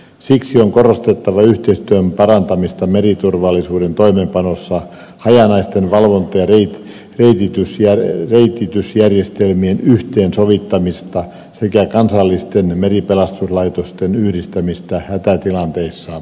siksi on korostettava yhteistyön parantamista meriturvallisuuden toimeenpanossa hajanaisten valvonta ja reititysjärjestelmien yhteensovittamista sekä kansallisten meripelastuslaitosten yhdistämistä hätätilanteissa